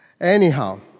Anyhow